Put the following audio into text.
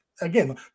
again